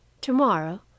Tomorrow